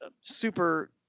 super